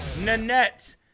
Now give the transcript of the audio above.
Nanette